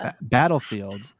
battlefield